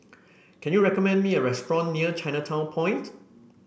can you recommend me a restaurant near Chinatown Point